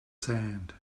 sand